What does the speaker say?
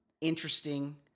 interesting